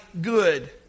good